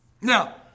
Now